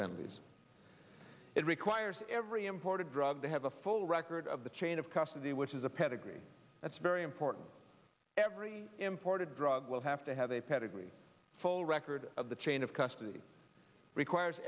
penalties it requires every imported drug to have a full record of the chain of custody which is a pedigree that's very important every imported drug will have to have a pedigree full record of the chain of custody requires